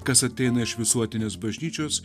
kas ateina iš visuotinės bažnyčios